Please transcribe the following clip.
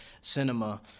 cinema